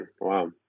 Wow